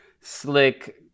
slick